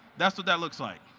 that's what that looks like.